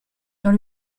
dans